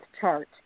chart